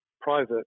private